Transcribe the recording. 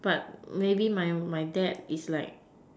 but maybe my my dad is like